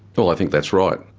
well, i think that's right.